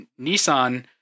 Nissan